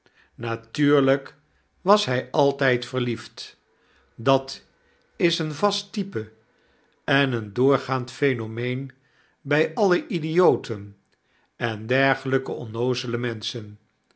natuurlyk was hy altijd verliefd dat is een vast type en een doorgaand phenomeen by alle idioten en dergelijke onnoozele menschen